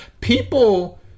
People